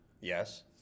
Yes